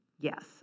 Yes